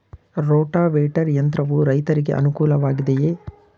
Rotavator ಯಂತ್ರವು ರೈತರಿಗೆ ಅನುಕೂಲ ವಾಗಿದೆಯೇ?